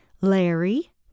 Larry